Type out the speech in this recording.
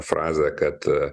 frazę kad